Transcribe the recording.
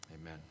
amen